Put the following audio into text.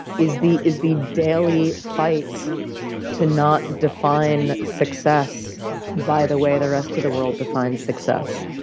is the is the daily fight to not define success by the way the rest of the world defines success,